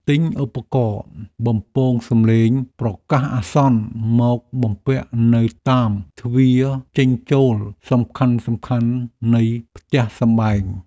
ទិញឧបករណ៍បំពងសំឡេងប្រកាសអាសន្នមកបំពាក់នៅតាមទ្វារចេញចូលសំខាន់ៗនៃផ្ទះសម្បែង។